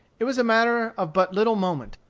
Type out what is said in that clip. it was a matter of but little moment,